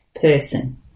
person